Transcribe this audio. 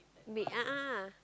big a'ah ah